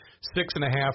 six-and-a-half